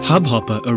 Hubhopper